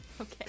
Okay